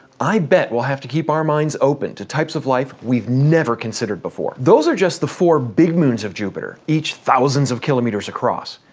i bet we'll have to keep our minds open to types of life we've never considered before. those are just the four big moons of jupiter, each thousands of kilometers across.